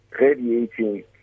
radiating